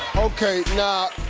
okay now,